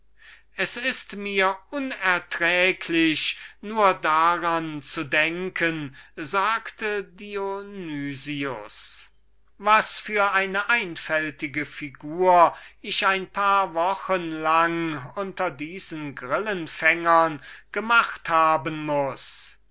es ist mir unerträglich nur daran zu denken sagte dionys was für eine einfältige figur ich ein paar wochen lang unter diesen grillenfängern gemacht habe hab